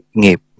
nghiệp